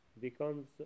becomes